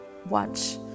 watch